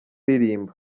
ririmba